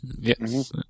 Yes